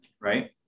right